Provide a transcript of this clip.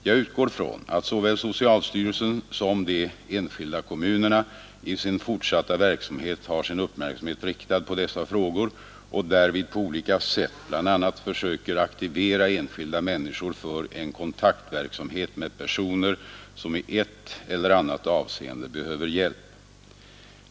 Jag utgår från att såväl socialstyrelsen som de enskilda kommunerna i sin fortsatta verksamhet har sin uppmärksamhet riktad på dessa frågor och därvid på olika sätt bl.a. försöker aktivera enskilda människor för en kontaktverksamhet med personer som i ett eller annat avseende behöver hjälp.